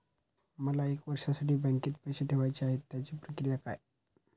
मला एक वर्षासाठी बँकेत पैसे ठेवायचे आहेत त्याची प्रक्रिया काय?